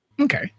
Okay